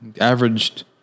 averaged